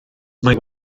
mae